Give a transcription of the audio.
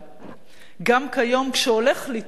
גם כיום, כש'הולך' לי טוב בפוליטיקה,